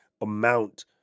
amount